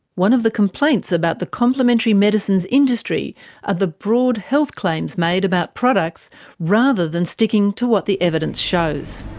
one of the complaints about the complementary medicines industry are the broad health claims made about products rather than sticking to what the evidence shows.